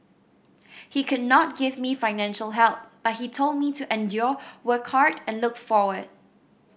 he could not give me financial help but he told me to endure work hard and look forward